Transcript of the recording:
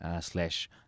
slash